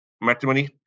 matrimony